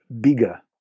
bigger